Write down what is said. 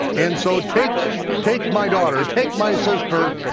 and so take take my daughter, take my sister,